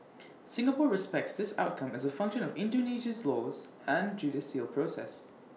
Singapore respects this outcome as A function of Indonesia's laws and judicial process